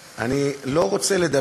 חברת הכנסת אלהרר דיברה על לב,